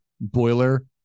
boiler